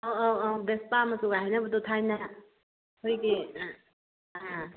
ꯑꯥꯎ ꯑꯥꯎ ꯑꯥꯎ ꯚꯦꯁꯄꯥ ꯃꯆꯨꯒ ꯍꯥꯏꯅꯕꯗꯣ ꯊꯥꯏꯅ ꯑꯩꯈꯣꯏꯒꯤ ꯑꯥ